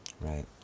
Right